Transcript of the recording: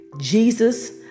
Jesus